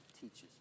teaches